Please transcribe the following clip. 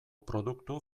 produktu